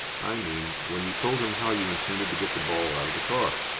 i mean, when you told him how you intended to get the ball out of the car.